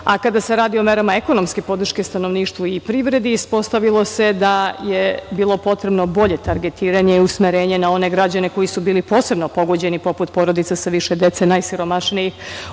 se radi o merama ekonomske podrške stanovništvu i privredi, ispostavilo se da je bilo potrebno bolje targetiranje i usmerenje na one građane koji su bili posebno pogođeni, poput porodica sa više dece, najsiromašnijih,